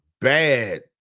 bad